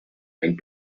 and